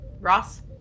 Ross